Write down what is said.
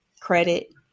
credit